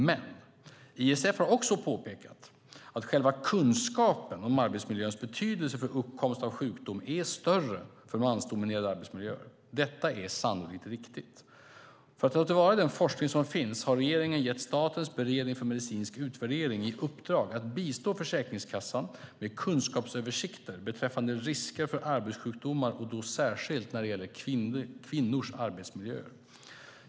Men ISF har också påpekat att själva kunskapen om arbetsmiljöns betydelse för uppkomst av sjukdom är större för mansdominerade arbetsmiljöer. Detta är sannolikt riktigt. För att ta till vara den forskning som finns har regeringen gett Statens beredning för medicinsk utvärdering i uppdrag att bistå Försäkringskassan med kunskapsöversikter beträffande risker för arbetssjukdomar och då särskilt när det gäller kvinnors arbetsmiljöer.